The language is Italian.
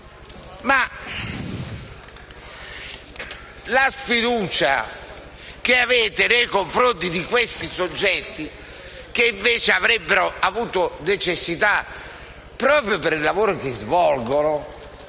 avete sfiducia nei confronti di questi soggetti, che invece avrebbero avuto necessità, proprio per il lavoro che svolgono,